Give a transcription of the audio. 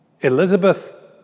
Elizabeth